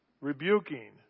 rebuking